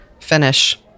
finish